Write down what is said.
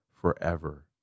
forever